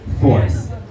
force